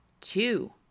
Two